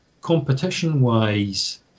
Competition-wise